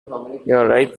alright